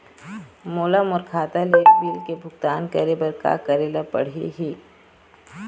मोला मोर खाता ले बिल के भुगतान करे बर का करेले पड़ही ही?